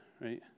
right